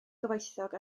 gyfoethog